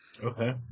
Okay